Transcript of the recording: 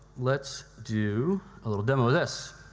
let's do a little demo of this.